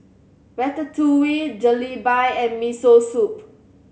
Ratatouille Jalebi and Miso Soup